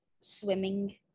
swimming